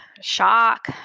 shock